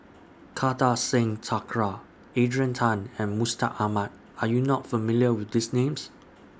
Kartar Singh Thakral Adrian Tan and Mustaq Ahmad Are YOU not familiar with These Names